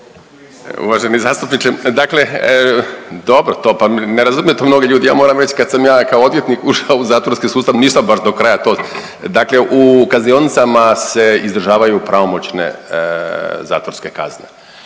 Uvaženi zastupniče, dobro to pa ne razumiju to mnogi ljudi. Ja moram reći da kad sam ja kao odvjetnik ušao u zatvorski sustav nisam baš do kraja to. Dakle, u kaznionicama se izdržavaju pravomoćne zatvorske kazne.